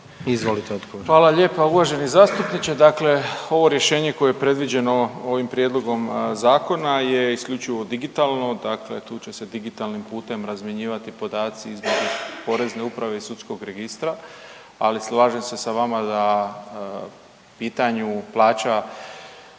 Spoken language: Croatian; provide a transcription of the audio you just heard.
Ivan (HDZ)** Hvala lijepa uvaženi zastupniče. Dakle ovo rješenje koje je predviđeno ovim prijedlogom zakona je isključivo digitalno, dakle tu će se digitalnim putem razmjenjivati podaci Porezne uprave i sudskog registra, ali slažem se sa vama da pitanju plaća